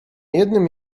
jednym